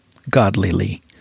Godlyly